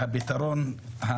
והפתרון,